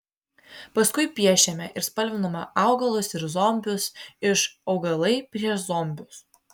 paskui piešėme ir spalvinome augalus ir zombius iš augalai prieš zombius